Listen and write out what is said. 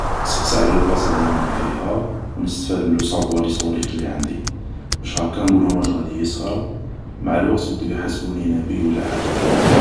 نسقسي على بلاصا لي راني فيها ونستفاد من لو سافوار هيستوريك اللي عندي, باش هاكا نقولهم واش غادي يصرى باش مع الوقت نبدي نبانلهم نبي ولا حاجة كبيرة